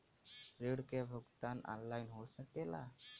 ऋण के भुगतान ऑनलाइन हो सकेला?